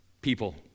people